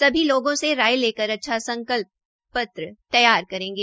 सभी लोगों से राय लेकर अच्छा संकल्प पत्र तैयार करेंगे